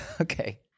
Okay